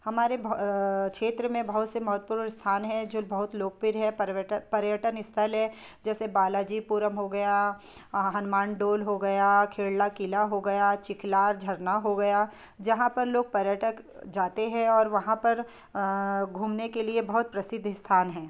हमारे क्षेत्र में बहुत से महत्वपूर्ण स्थान है जो बहुत लोकप्रिय है पर्वटक पर्यटन स्थल है जैसे बालाजीपुरम हो गया हनुमान डोल हो गया खेड़ला क़िला हो गया चिखला झरना हो गया जहाँ पर लोग पर्यटक जाते हैं और वहाँ पर घूमने के लिए बहुत प्रसिद्ध स्थान हैं